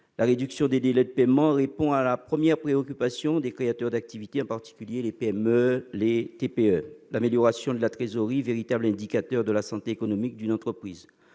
La réduction des délais de paiement répond à la première préoccupation des créateurs d'activité, en particulier les PME et les TPE : l'amélioration de la trésorerie est un véritable indicateur de la santé économique d'une entreprise.